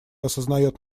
осознает